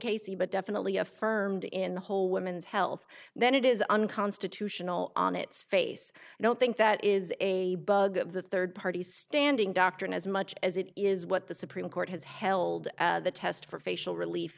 k c but definitely affirmed in whole women's health then it is unconstitutional on its face i don't think that is a bug of the third party standing doctrine as much as it is what the supreme court has held the test for facial relief